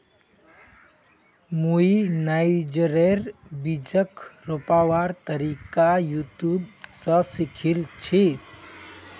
मुई नाइजरेर बीजक रोपवार तरीका यूट्यूब स सीखिल छि